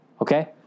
Okay